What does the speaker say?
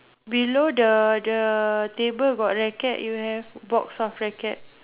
below the the table got racket you have box of racket